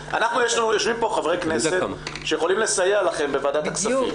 יושבים פה חברי כנסת שיכולים לסייע לכם בוועדת הכספים.